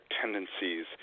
tendencies